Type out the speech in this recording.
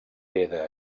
queda